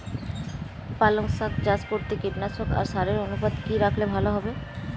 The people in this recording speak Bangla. পালং শাক চাষ করতে কীটনাশক আর সারের অনুপাত কি রাখলে ভালো হবে?